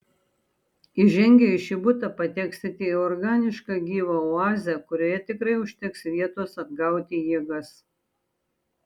įžengę į šį butą pateksite į organišką gyvą oazę kurioje tikrai užteks vietos atgauti jėgas